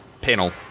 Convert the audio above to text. panel